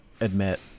admit